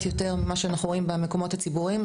יותר ממה שאנחנו רואים במקומות הציבוריים.